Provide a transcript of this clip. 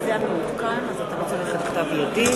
אני קובע כי גם הצעת חוק ההתייעלות הכלכלית